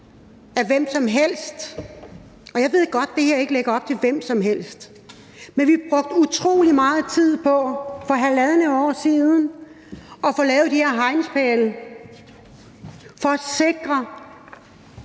af hvem som helst. Og jeg ved godt, at det her forslag ikke lægger op til hvem som helst, men vi brugte utrolig meget tid for halvandet år siden på at få sat de her hegnspæle for at sikre,